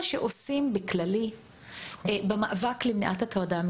שעושים בכללי במאבק למניעת הטרדה מינית,